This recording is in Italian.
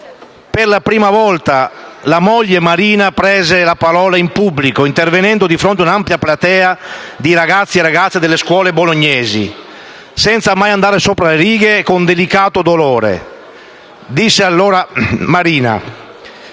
per la prima volta la moglie Marina prese la parola in pubblico, intervenendo di fronte ad un'ampia platea di ragazzi e ragazze delle scuole bolognesi, senza mai andare sopra le righe e con delicato dolore. Disse allora Marina: